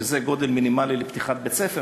שזה גודל מינימלי לפתיחת בית-ספר,